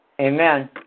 Amen